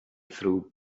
through